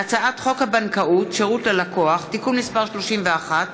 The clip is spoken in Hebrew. הצעת חוק הבנקאות (שירות ללקוח) (תיקון מס' 31)